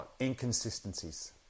inconsistencies